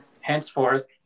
henceforth